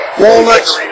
walnuts